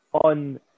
on